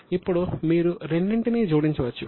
ఇప్పుడు మీరు రెండింటినీ జోడించవచ్చు